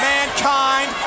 Mankind